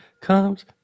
comes